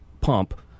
pump